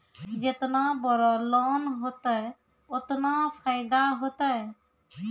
जेतना बड़ो लोन होतए ओतना फैदा होतए